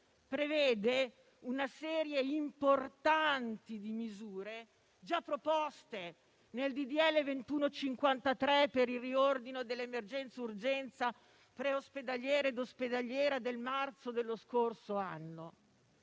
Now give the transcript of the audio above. prevede una serie di importanti misure già proposte nel disegno di legge n. 2153 per il riordino dell'emergenza-urgenza preospedaliera ed ospedaliera del marzo dello scorso anno.